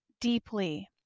deeply